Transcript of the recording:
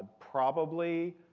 probably,